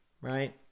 right